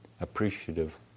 appreciative